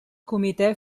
comitè